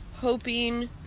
hoping